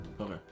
Okay